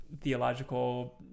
theological